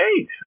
eight